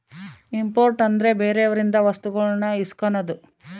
import ಅಂದ್ರೆ ಬೇರೆಯವರಿಂದ ವಸ್ತುಗಳನ್ನು ಇಸ್ಕನದು